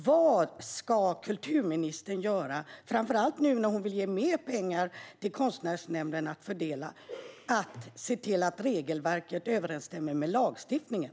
Vad ska kulturministern göra, framför allt nu när hon vill ge mer pengar till Konstnärsnämnden att fördela, för att se till att regelverket överensstämmer med lagstiftningen?